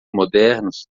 modernos